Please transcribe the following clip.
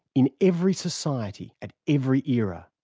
in every society at every era,